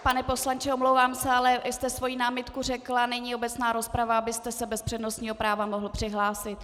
Pane poslanče, omlouvám se, vy jste svou námitku řekl a není obecná rozprava, abyste se bez přednostního práva mohl přihlásit.